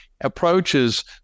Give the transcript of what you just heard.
approaches